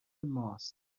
ماست